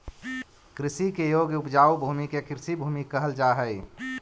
कृषि के योग्य उपजाऊ भूमि के कृषिभूमि कहल जा हई